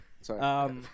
Sorry